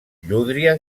llúdria